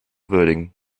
würdigen